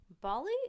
Bali